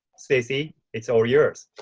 stacey, it's all yours.